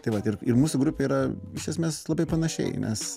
tai vat ir ir mūsų grupė yra iš esmės labai panašiai nes